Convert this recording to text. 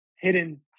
hidden